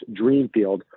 Dreamfield